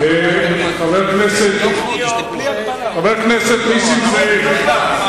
חבר הכנסת נסים זאב,